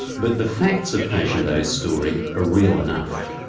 but the facts of patient a's story are real enough.